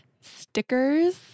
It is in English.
stickers